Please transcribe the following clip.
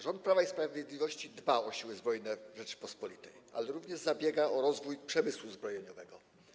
Rząd Prawa i Sprawiedliwości dba o Siły Zbrojne Rzeczypospolitej, ale również zabiega o rozwój przemysłu zbrojeniowego.